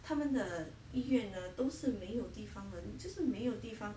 他们的医院了都是没有地方了你就是没有地方